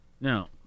Now